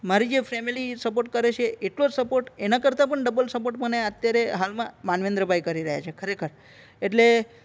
મારી જે family support કરે છે એટલો જ સપોર્ટ એના કરતાં પણ ડબલ સપોર્ટ મને અત્યારે હાલમાં માનવેંદ્રભાઈ કરી રહ્યા છે ખરેખર એટલે